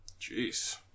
Jeez